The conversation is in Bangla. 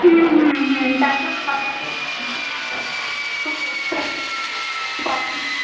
হুম হুম হুম তারপর সবাই একেবারে